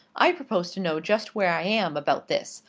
i propose to know just where i am, about this.